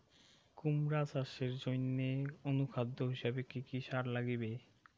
কুমড়া চাষের জইন্যে অনুখাদ্য হিসাবে কি কি সার লাগিবে?